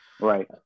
right